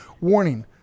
Warning